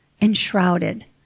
enshrouded